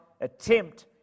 Attempt